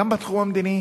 גם בתחום המדיני